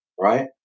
right